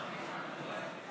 לקואליציה.